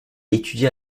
étudia